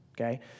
okay